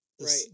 Right